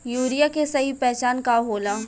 Urea के सही पहचान का होला?